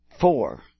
four